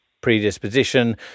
predisposition